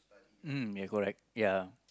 mm you're correct ya